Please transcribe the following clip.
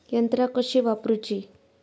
यंत्रा कशी वापरूची?